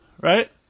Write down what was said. right